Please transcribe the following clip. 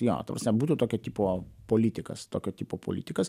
jo būtų tokio tipo politikas tokio tipo politikas